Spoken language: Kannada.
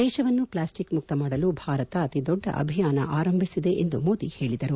ದೇಶವನ್ನು ಪ್ಲಾಸ್ಟಿಕ್ ಮುಕ್ತ ಮಾಡಲು ಭಾರತ ಅತಿ ದೊಡ್ಡ ಅಭಿಯಾನ ಆರಂಭಿಸಿದೆ ಎಂದು ಮೋದಿ ಹೇಳಿದರು